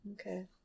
Okay